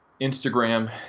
Instagram